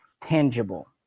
tangible